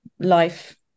life